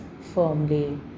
firmly